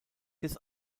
des